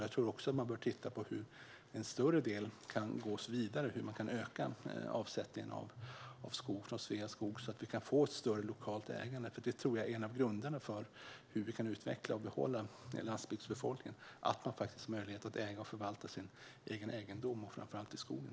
Jag tror också att man bör titta på hur man kan öka avsättningen av skog från Sveaskog så att man kan få ett större lokalt ägande, för en av grunderna för hur vi kan utveckla och behålla landsbygdsbefolkningen tror jag är att man faktiskt har möjlighet att äga och förvalta sin egen egendom, framför allt i skogen.